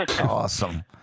Awesome